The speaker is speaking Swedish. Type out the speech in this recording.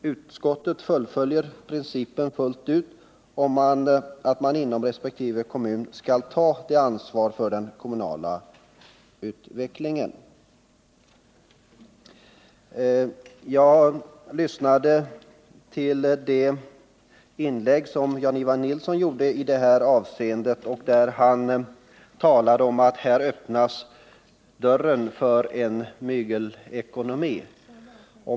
Utskottet fullföljer principen om att man inom resp. kommun skall ta ansvaret för den kommunala utvecklingen. Jag lyssnade på det inlägg som Jan-Ivan Nilsson gjorde i detta avseende. Han sade att här öppnas dörren för en mygelekonomi.